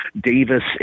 Davis